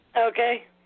Okay